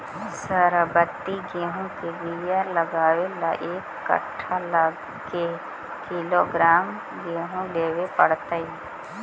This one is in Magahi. सरबति गेहूँ के बियाह लगबे ल एक कट्ठा ल के किलोग्राम गेहूं लेबे पड़तै?